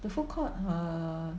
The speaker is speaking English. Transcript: the food court uh